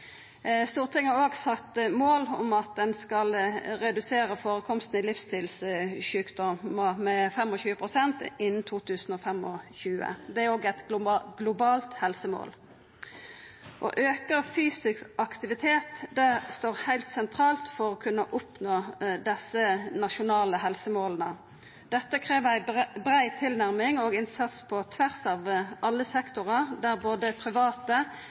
Stortinget har også sett mål om at ein skal redusera førekomsten av livsstilssjukdomar med 25 pst. innan 2025. Det er òg eit globalt helsemål. Auka fysisk aktivitet står heilt sentralt for å kunna oppnå desse nasjonale helsemåla. Dette krev ei brei tilnærming og innsats på tvers av alle sektorar, der både private,